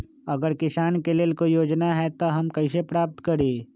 अगर किसान के लेल कोई योजना है त हम कईसे प्राप्त करी?